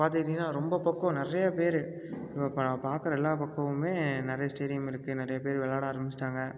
இப்போ பார்த்துக்கிட்டிங்கன்னா ரொம்ப பக்கம் நிறைய பேர் பார்க்கற எல்லா பக்கமுமே நிறைய ஸ்டேடியம் இருக்குது நிறைய பேர் விளாட ஆரம்பித்துட்டாங்க